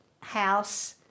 house